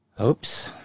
Oops